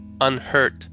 unhurt